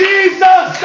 Jesus